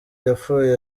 yapfuye